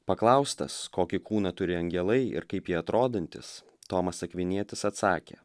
paklaustas kokį kūną turi angelai ir kaip jie atrodantys tomas akvinietis atsakė